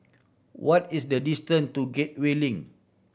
what is the distant to Gateway Link